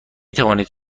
توانید